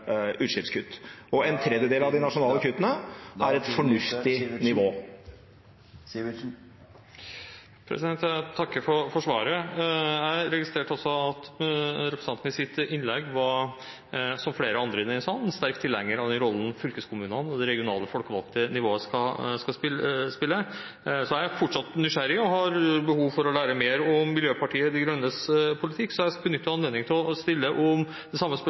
utslippskutt. En tredjedel av de nasjonale kuttene er et fornuftig nivå. Jeg takker for svaret. Jeg registrerte også at representanten i sitt innlegg, som flere andre i denne salen, var sterkt tilhenger av den rollen fylkeskommunene og det regionale folkevalgte nivået skal spille. Jeg er fortsatt nysgjerrig og har behov for å lære mer om Miljøpartiet De Grønnes politikk, så jeg benytter anledningen til å stille det samme